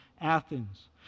Athens